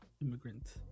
immigrant